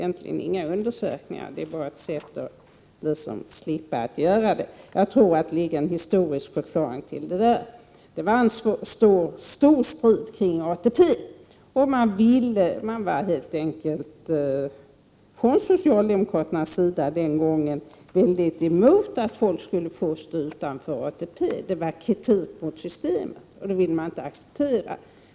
Kravet på undersökningar är bara ett sätt att slippa göra någon ändring, och det finns en historisk förklaring till det. Det var stor strid kring ATP, och socialdemokraterna var helt enkelt emot att folk skulle få stå utanför ATP — det innebar en kritik mot systemet, och det ville de inte acceptera.